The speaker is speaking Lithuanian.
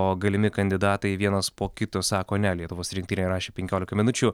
o galimi kandidatai vienas po kito sako ne lietuvos rinktinei rašė penkiolika minučių